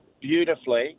beautifully